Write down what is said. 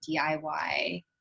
DIY